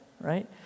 right